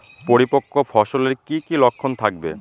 পরিপক্ক ফসলের কি কি লক্ষণ থাকবে?